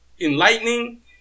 enlightening